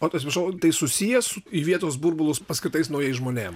o tas atsiprašau tai susijęs su į vietos burbulus paskirtais naujais žmonėm